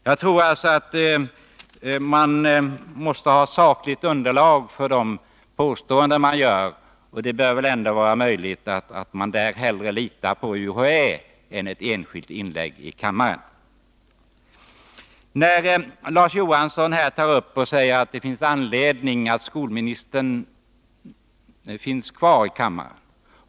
Jag tror alltså att man måste ha sakligt underlag för de påståenden man gör, och vi bör väl då hellre lita på UHÄ än på ett enskilt inlägg i kammaren. Larz Johansson säger att det finns anledning att skolministern är närvarande i kammaren.